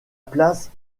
place